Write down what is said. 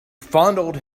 fondled